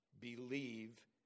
believe